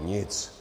Nic.